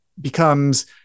becomes